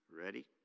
Ready